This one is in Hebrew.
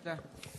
תודה.